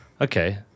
Okay